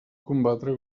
combatre